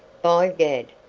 by gad,